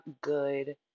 good